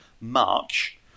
March